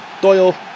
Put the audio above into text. Doyle